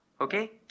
okay